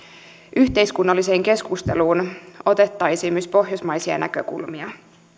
yhteiskunnalliseen keskusteluun ottamaan myös pohjoismaisia näkökulmia